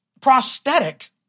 prosthetic